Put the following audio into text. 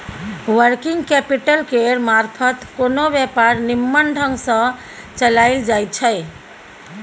working capital केर मारफत कोनो व्यापार निम्मन ढंग सँ चलाएल जाइ छै